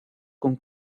con